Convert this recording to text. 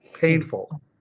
Painful